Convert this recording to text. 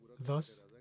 Thus